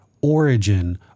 origin